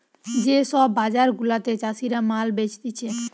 যে সব বাজার গুলাতে চাষীরা মাল বেচতিছে